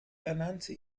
ernannte